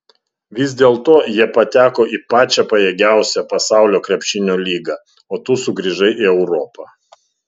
vis dėlto jie pateko į pačią pajėgiausią pasaulio krepšinio lygą o tu sugrįžai į europą